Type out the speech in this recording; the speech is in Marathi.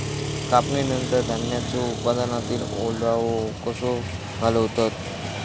कापणीनंतर धान्यांचो उत्पादनातील ओलावो कसो घालवतत?